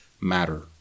matter